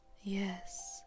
Yes